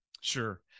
sure